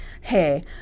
hey